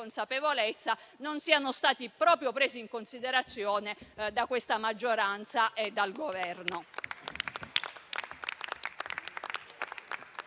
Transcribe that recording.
consapevolezza, non siano stati proprio presi in considerazione da questa maggioranza e dal Governo.